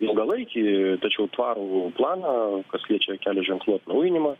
ilgalaikį tačiau tvarų planą kas liečia kelio ženklų atnaujinimą